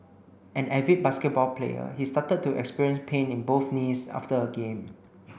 an avid basketball player he started to experience pain in both knees after a game